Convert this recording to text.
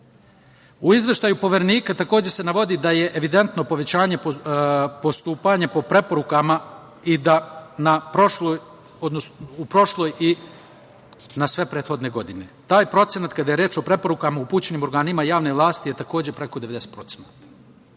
U Izveštaju Poverenika takođe se navodi da je evidentno povećanje postupanje po preporukama i da na prošlu, odnosno u prošloj i na sve prethodne godine. Taj procenat kada je reč o preporukama upućenim organima javne vlasti je takođe preko 90%.Iako